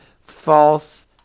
false